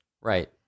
Right